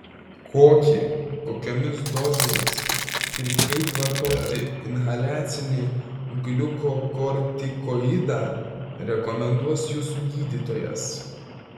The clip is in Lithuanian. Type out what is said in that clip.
kokį kokiomis dozėmis ir kaip vartoti inhaliacinį gliukokortikoidą rekomenduos jūsų gydytojas